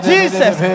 Jesus